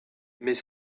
mais